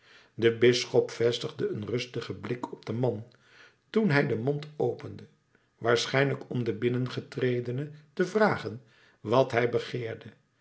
de bisschop vestigde een rustigen blik op den man toen hij den mond opende waarschijnlijk om den binnengetredene te vragen wat hij begeerde